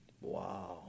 Wow